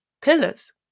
pillars